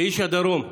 כאיש הדרום,